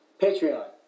Patreon